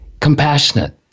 compassionate